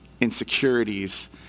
insecurities